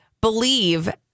believe